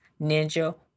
Ninja